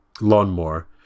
lawnmower